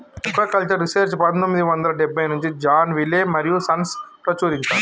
aquaculture research పందొమ్మిది వందల డెబ్బై నుంచి జాన్ విలే మరియూ సన్స్ ప్రచురించారు